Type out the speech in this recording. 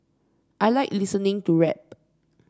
I like listening to rap